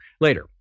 later